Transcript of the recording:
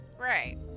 Right